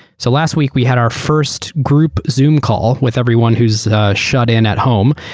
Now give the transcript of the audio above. so last week, we had our first group zoom call with everyone who's shut-in at home.